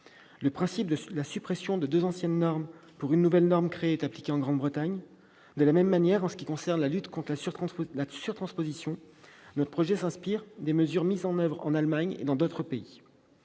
le principe de la suppression de deux anciennes normes pour une nouvelle norme créée est appliqué en Grande-Bretagne ; de la même manière, en ce qui concerne la lutte contre la surtransposition, notre projet s'inspire des mesures mises en oeuvre en l'Allemagne et dans d'autres pays.